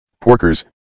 Porkers